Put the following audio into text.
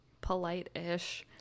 polite-ish